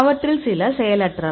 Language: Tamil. அவற்றில் சில செயலற்றவை